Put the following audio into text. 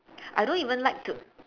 I don't even like to